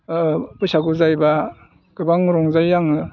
बैसागु जायोबा गोबां रंजायो आङो